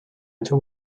into